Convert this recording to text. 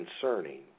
concerning